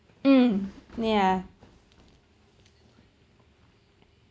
mm yeah